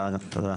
תודה.